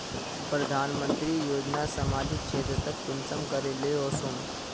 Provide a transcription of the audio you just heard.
प्रधानमंत्री योजना सामाजिक क्षेत्र तक कुंसम करे ले वसुम?